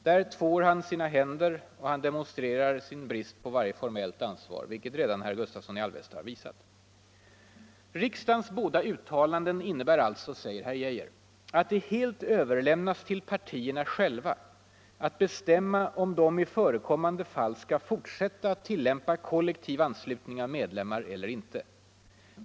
Där tvår han sina händer och demonstrerar sin brist på varje formellt ansvar, vilket redan herr Gustavsson i Alvesta har visat. ”Riksdagens båda uttalanden innebär alltså”, säger herr Geijer, ”att det helt överlämnas till partierna själva att bestämma om de i förekommande fall skall fortsätta att tillämpa kollektiv anslutning av medlemmar eller inte.